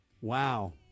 Wow